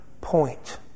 point